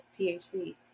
THC